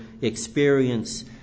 experience